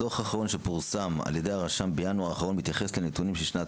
הדוח האחרון שפורסם על ידי הרשם בינואר באחרון מתייחס לנתונים של שנת